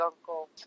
uncle